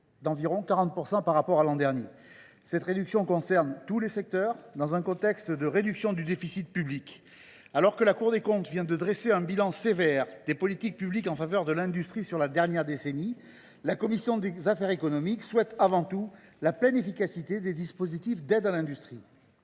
d’environ 40 % par rapport à l’an dernier. Cette réduction concerne tous les secteurs, dans un contexte de réduction du déficit public. Alors que la Cour des comptes vient de dresser un bilan sévère des politiques publiques en faveur de l’industrie au cours de la dernière décennie, la commission des affaires économiques souhaite avant tout la pleine efficacité des dispositifs d’aide en vigueur.